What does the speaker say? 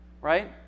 right